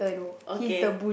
okay